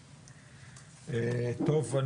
טוב,